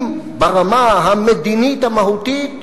אם ברמה המדינית המהותית,